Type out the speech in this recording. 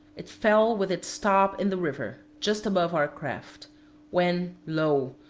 it fell with its top in the river, just above our craft when lo!